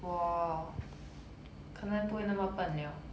我可能不会那么笨了